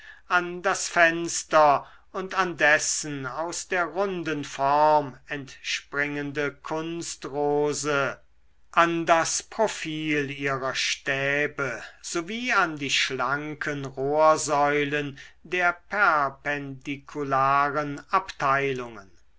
an das fenster und dessen aus der runden form entspringende kunstrose an das profil ihrer stäbe sowie an die schlanken rohrsäulen der perpendikularen abteilungen